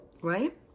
Right